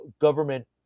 government